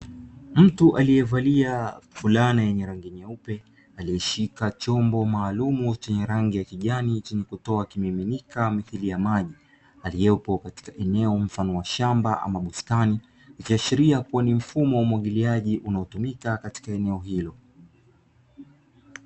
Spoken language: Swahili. Mtu aliyevalia fulana yenye rangi nyeupe aliyeshika chombo maalumu chenye rangi ya kijani chenye kutoa kimiminika mithili ya maji, aliyepo katika eneo mfano wa shamba ama bustani. Ikiashiria kuwa ni mfumo wa umwagiliaji unaotumika katika eneo hilo.